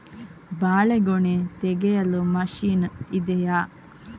ಬಾಳೆಗೊನೆ ತೆಗೆಯಲು ಮಷೀನ್ ಇದೆಯಾ?